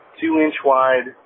two-inch-wide